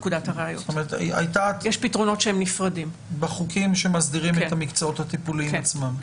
בחוקים שמסדירים את המקצועות הטיפוליים עצמם.